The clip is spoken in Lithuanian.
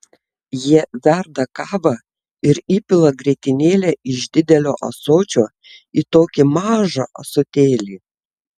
jie verda kavą ir įpila grietinėlę iš didelio ąsočio į tokį mažą ąsotėlį